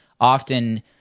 often